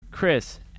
Chris